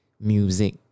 music